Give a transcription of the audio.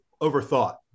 overthought